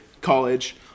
college